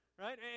right